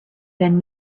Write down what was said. been